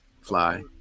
fly